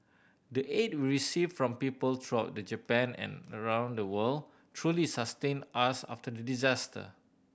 the aid we received from people throughout the Japan and around the world truly sustained us after the disaster